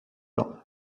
bain